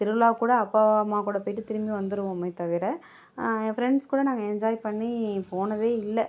திருவிழாக் கூட அப்பா அம்மா கூட போயிட்டு திரும்பி வந்துடுவோமே தவிர ஃப்ரெண்ட்ஸ் கூட நாங்கள் என்ஜாய் பண்ணி போனதே இல்லை